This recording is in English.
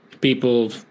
people